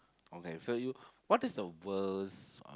okay so you what's the worst